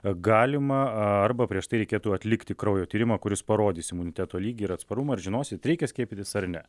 galima arba prieš tai reikėtų atlikti kraujo tyrimą kuris parodys imuniteto lygį ir atsparumą ir žinosit reikia skiepytis ar ne